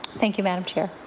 thank you, madam chair.